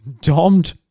domed